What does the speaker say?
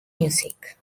music